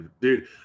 dude